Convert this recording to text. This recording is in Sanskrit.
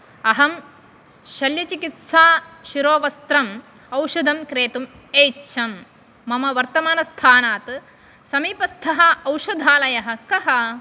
अहं शल्यचिकित्साशिरोवस्त्रम् औषधं क्रेतुम् ऐच्छम् मम वर्तमानस्थानात् समीपस्थः औषधालयः कः